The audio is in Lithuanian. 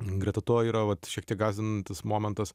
greta to yra šiek tiek gąsdinantis momentas